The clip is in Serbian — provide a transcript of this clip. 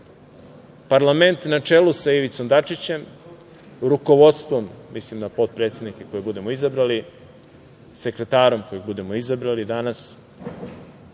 parlament na čelu sa Ivicom Dačićem, rukovodstvom, mislim na potpredsednike koje budemo izabrali, sekretarom kojeg budemo izabrali danas,